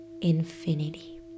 infinity